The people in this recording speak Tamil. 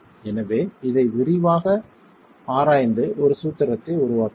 எனவே இதை விரிவாக ஆராய்ந்து ஒரு சூத்திரத்தை உருவாக்குவோம்